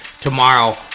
Tomorrow